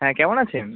হ্যাঁ কেমন আছেন